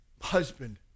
husband